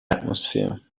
atmosphere